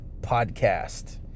Podcast